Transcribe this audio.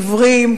עיוורים,